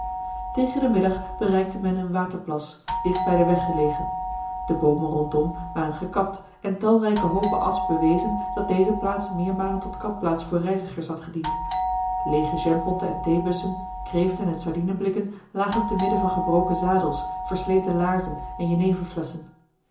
tegen den middag bereikte men een waterplas dicht bij den weg gelegen de boomen rondom waren gekapt en talrijke hoopen asch bewezen dat deze plaats meermalen tot kampplaats voor reizigers had gediend leege jampotten en theebussen kreeften en sardinenblikken lagen te midden van gebroken zadels versleten laarzen en jeneverflesschen